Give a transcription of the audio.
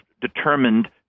determined